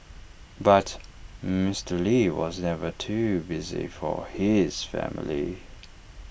but Mister lee was never too busy for his family